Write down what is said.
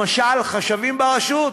למשל: חשבים ברשות,